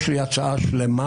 יש לי הצעה שלמה